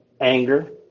anger